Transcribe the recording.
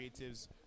Creatives